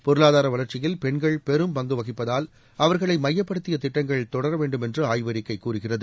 பொருளாதார வளர்ச்சியில் பெண்கள் பெரும் பங்கு வகிப்பதால் அவர்களை மையப்படுத்திய திட்டங்கள் தொடர வேண்டுமென்று ஆய்வறிக்கை கூறுகிறது